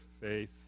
faith